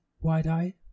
wide-eyed